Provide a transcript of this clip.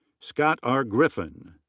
scott r. griffin.